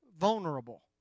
vulnerable